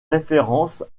référence